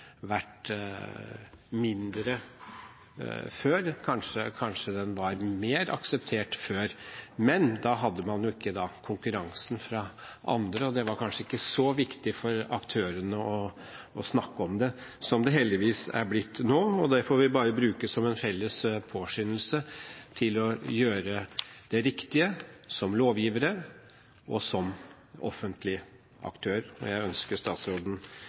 mindre før. Kanskje var den mer akseptert før? Men da hadde man jo ikke konkurransen fra andre, og det var kanskje ikke så viktig for aktørene å snakke om det som det heldigvis er blitt nå. Det får vi bare bruke som en felles påskyndelse til å gjøre det riktige – som lovgivere og som offentlig aktør. Jeg ønsker statsråden